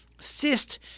cyst